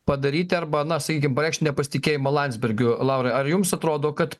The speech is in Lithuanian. padaryti arba na sakykim pareikšti nepasitikėjimą landsbergiu laurai ar jums atrodo kad